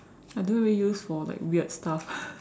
I don't really use for like weird stuff